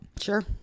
Sure